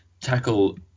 tackle